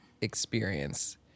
experience